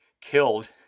killed